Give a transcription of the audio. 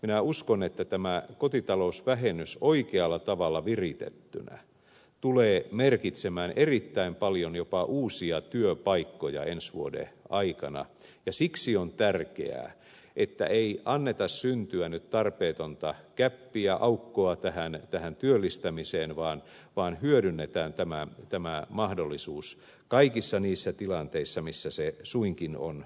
minä uskon että tämä kotitalousvähennys oikealla tavalla viritettynä tulee merkitsemään erittäin paljon jopa uusia työpaikkoja ensi vuoden aikana ja siksi on tärkeää että ei anneta syntyä nyt tarpeetonta gäppiä aukkoa tähän työllistämiseen vaan hyödynnetään tämä mahdollisuus kaikissa niissä tilanteissa missä se suinkin on mahdollista